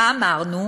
מה אמרנו?